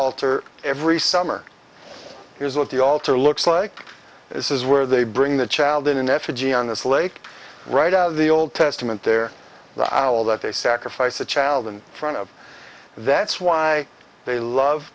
altar every summer here's what the altar looks like this is where they bring the child in effigy on this lake right out of the old testament there the aisle that they sacrifice a child in front of that's why they love